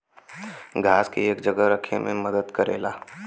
घास के एक जगह रखे मे मदद करेला